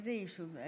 איזה יישוב?